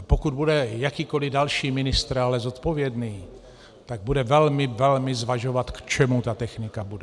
Pokud bude ale jakýkoli další ministr zodpovědný, tak bude velmi, velmi zvažovat, k čemu ta technika bude.